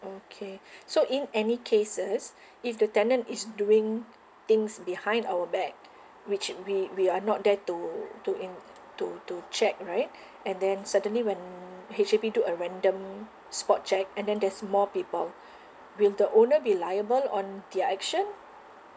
okay so in any cases if the tenant is doing things behind our back which we we are not there to to en~ to to check right and then certainly when H_D_B do a random spot check and then there's more people will the owner be liable on their action